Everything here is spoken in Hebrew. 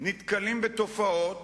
נתקלים בתופעות